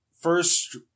First